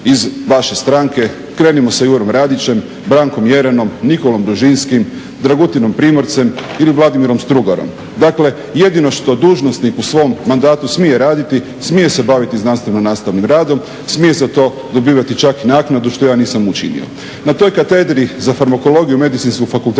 iz vaše stranke. Krenimo sa Jurom Radićem, Brankom Jerenom, Nikolom Dužinskim, Dragutinom Primorcem ili Vladimirom Strugarom. Dakle, jedino što dužnosnik u svom mandatu smije raditi smije se baviti znanstveno-nastavnim radom, smije za to dobivati čak i naknadu što ja nisam učinio. Na toj Katedri za farmakologiju Medicinskog fakulteta